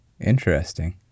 Interesting